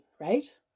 right